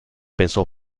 pensò